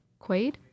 Quaid